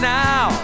now